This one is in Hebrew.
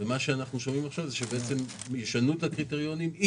אנחנו שומעים עכשיו שישנו את הקריטריונים.